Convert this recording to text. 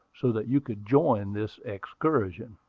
so that you could join this excursion.